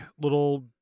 little